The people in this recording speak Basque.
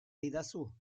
didazu